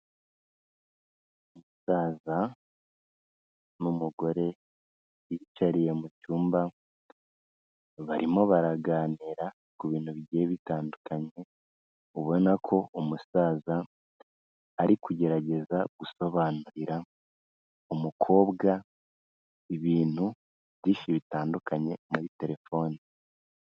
Umusaza n'umugore biyicariye mu cyumba barimo baraganira ku bintu bigiye bitandukanye, ubona ko umusaza ari kugerageza gusobanurira umukobwa ibintu byinshi bitandukanye muri telefone.